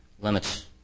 limits